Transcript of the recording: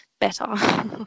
better